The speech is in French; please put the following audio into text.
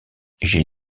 j’ai